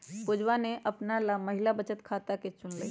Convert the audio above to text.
पुजवा ने अपना ला महिला बचत खाता के चुन लय